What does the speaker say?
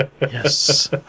Yes